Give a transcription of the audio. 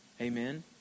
Amen